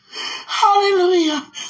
Hallelujah